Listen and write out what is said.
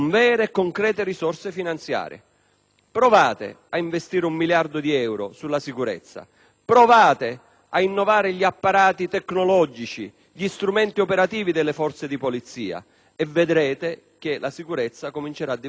Provate ad investire un miliardo di euro sulla sicurezza. Provate ad innovare gli apparati tecnologici, gli strumenti operativi delle forze di polizia e vedrete che la sicurezza comincerà a diventare un cammino serio.